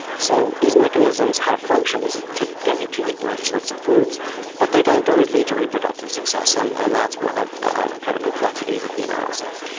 so these mechanisms have functions to get you to eat the right sorts of foods but they don't always lead to reproductive success, and and that's one of the kind of complexities of the analysis.